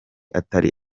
atari